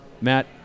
Matt